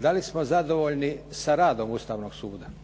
Da li smo zadovoljni sa radom Ustavnog suda?